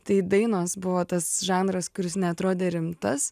tai dainos buvo tas žanras kuris neatrodė rimtas